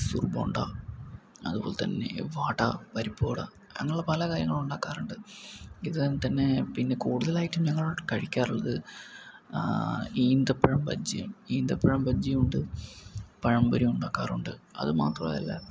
മൈസൂർ ബോണ്ട അതുപോലെതന്നെ വട പരിപ്പുവട അങ്ങനെയുള്ള പല കാര്യങ്ങളും ഉണ്ടാക്കാറുണ്ട് ഇതുപോലെതന്നെ പിന്നെ കൂടുതലായിട്ടും ഞങ്ങൾ കഴിക്കാറുള്ളത് ഈന്തപ്പഴം ബജ്ജിയാണ് ഈന്തപ്പഴം ബജ്ജിയും ഉണ്ട് പഴം പൊരിയും ഉണ്ടാക്കാറുണ്ട് അതുമാത്രമല്ല